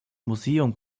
museum